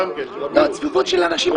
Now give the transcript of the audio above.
צפיפות של בניינים.